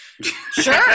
Sure